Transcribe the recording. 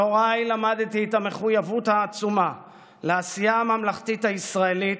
מהוריי למדתי את המחויבות העצומה לעשייה הממלכתית הישראלית,